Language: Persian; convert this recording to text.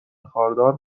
خاردار